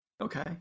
Okay